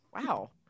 wow